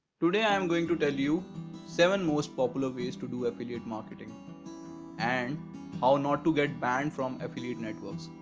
today, i am going to tell you seven most popular ways to do affiliate marketing and how not to get banned from affiliate networks.